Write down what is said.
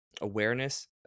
awareness